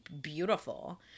beautiful